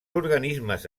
organismes